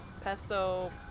pesto